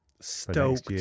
Stoked